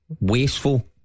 wasteful